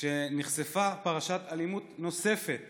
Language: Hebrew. לאחר שנחשפה פרשת אלימות נוספת